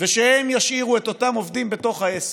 ושהם ישאירו את אותם עובדים בתוך העסק.